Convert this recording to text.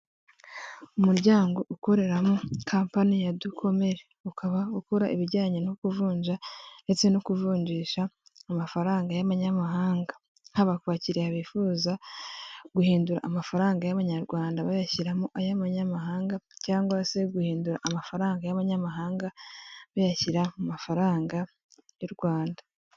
Umuryango ukoreramo kampani ya dukomere ukaba ukora ibijyanye no kuvunja ndetse no kuvunjisha amafaranga y'abanyamahanga haba ku bakiriya bifuza guhindura amafaranga y'abanyarwanda bayashyiramo ay'amanyamahanga cyangwa se guhindura amafaranga y'abanyamahanga bayashyira mu mafaranga y'u Rwanda.